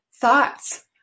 thoughts